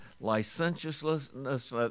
licentiousness